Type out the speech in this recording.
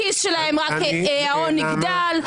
הכיס שלהם רק יגדל -- נעמה,